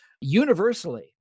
universally